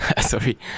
Sorry